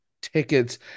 tickets